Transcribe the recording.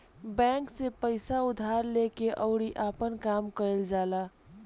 bank से पइसा उधार लेके अउरी आपन काम कईल जाला